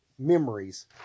memories